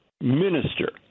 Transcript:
minister